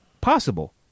possible